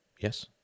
Yes